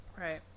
right